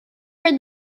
for